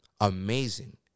amazing